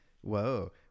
whoa